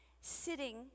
sitting